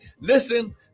Listen